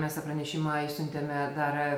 mes tą pranešimą išsiuntėme dar